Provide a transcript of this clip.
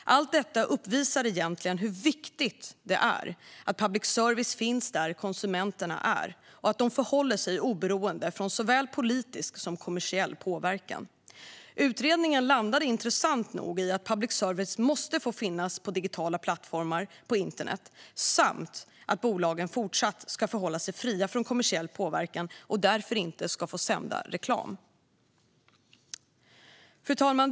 Allt detta visar egentligen hur viktigt det är att public service finns där konsumenterna är och förhåller sig oberoende från såväl politisk som kommersiell påverkan. Utredningen landade intressant nog i att public service måste få finnas på digitala plattformar på internet samt att bolagen även i fortsättningen ska förhålla sig fria från kommersiell påverkan och därför inte ska få sända reklam. Fru talman!